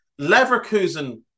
Leverkusen